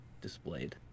displayed